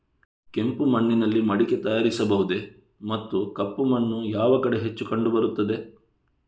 ಕೆಂಪು ಮಣ್ಣಿನಲ್ಲಿ ಮಡಿಕೆ ತಯಾರಿಸಬಹುದೇ ಮತ್ತು ಕಪ್ಪು ಮಣ್ಣು ಯಾವ ಕಡೆ ಹೆಚ್ಚು ಕಂಡುಬರುತ್ತದೆ?